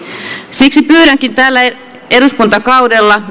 siksi pyydänkin että tällä eduskuntakaudella